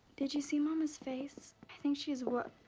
did you see mama's face? i think she is worr.